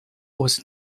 was